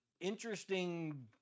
interesting